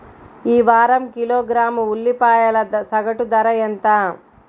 ఈ వారం కిలోగ్రాము ఉల్లిపాయల సగటు ధర ఎంత?